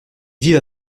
vivent